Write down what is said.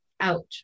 out